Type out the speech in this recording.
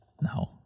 No